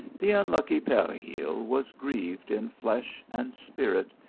the unlucky peregil was grieved in flesh and spirit,